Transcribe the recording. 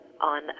on